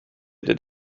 did